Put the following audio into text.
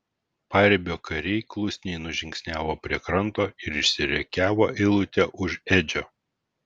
paribio kariai klusniai nužingsniavo prie kranto ir išsirikiavo eilute už edžio